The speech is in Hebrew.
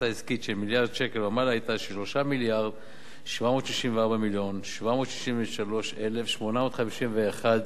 מיליארד שקלים ומעלה היתה 3 מיליארד ו-764 מיליון ו-763,851 שקלים.